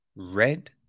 red